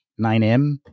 9M